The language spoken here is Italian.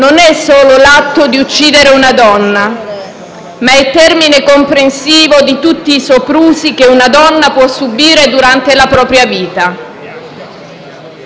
non è solo l'atto di uccidere una donna, ma è il termine comprensivo di tutti i soprusi che una donna può subire durante la propria vita.